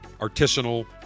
artisanal